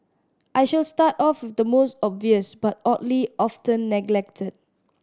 I shall start off with the most obvious but oddly often neglected